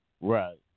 Right